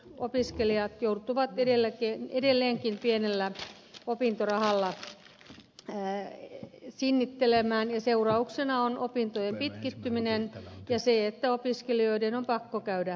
opiskelijat joutuvat edelleenkin pienellä opintorahalla sinnittelemään ja seurauksena on opintojen pitkittyminen ja se että opiskelijoiden on pakko käydä töissä